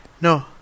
No